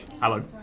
Hello